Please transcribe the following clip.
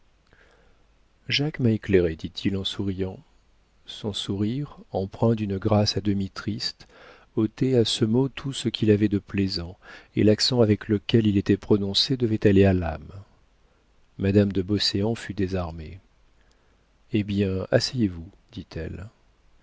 jacques m'a éclairé dit-il en souriant son sourire empreint d'une grâce à demi triste ôtait à ce mot tout ce qu'il avait de plaisant et l'accent avec lequel il était prononcé devait aller à l'âme madame de beauséant fut désarmée eh bien asseyez-vous dit-elle